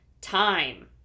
time